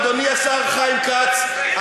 אדוני השר חיים כץ,